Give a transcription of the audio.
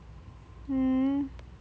hmm